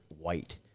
white